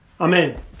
Amen